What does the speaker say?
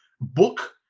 book